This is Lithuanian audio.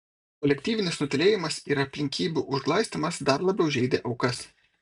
kolektyvinis nutylėjimas ir aplinkybių užglaistymas dar labiau žeidė aukas